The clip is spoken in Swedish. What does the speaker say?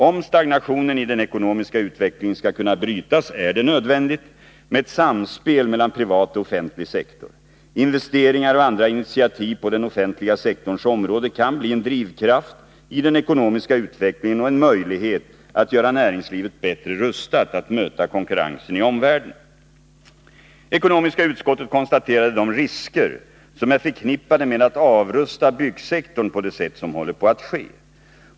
Om stagnationen i den ekonomiska utvecklingen skall kunna brytas, är det nödvändigt med ett samspel mellan privat och offentlig sektor. Investeringar och andra initiativ på den offentliga sektorns område kan bli en drivkraft i den ekonomiska utvecklingen och en möjlighet att göra näringslivet bättre rustat att möta konkurrensen i omvärlden. Ekonomiska utskottet konstaterade de risker som är förknippade med att avrusta byggsektorn på det sätt som håller på att ske.